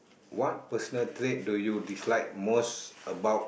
what personal trait do you dislike most about